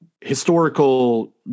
historical